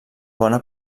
bona